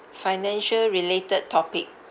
financial-related topic